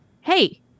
hey